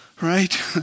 right